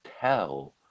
tell